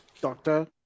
doctor